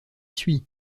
suis